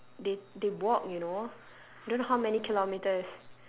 they they walk you know don't know how many kilometres